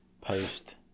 post